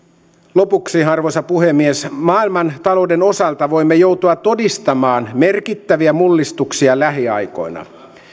lopuksi arvoisa puhemies maailmantalouden osalta voimme joutua todistamaan merkittäviä mullistuksia lähiaikoina